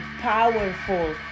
powerful